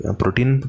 protein